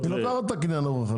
היא לוקחת את קניין הרוחני.